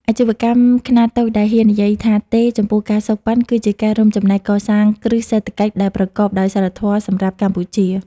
អាជីវកម្មខ្នាតតូចដែលហ៊ាននិយាយថា "ទេ" ចំពោះ ការសូកប៉ាន់ គឺជាការរួមចំណែកកសាងគ្រឹះសេដ្ឋកិច្ចដែលប្រកបដោយសីលធម៌សម្រាប់កម្ពុជា។